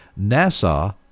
NASA